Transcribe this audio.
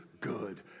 good